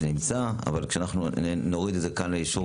כאשר אנחנו נוריד את זה לכאן לאישור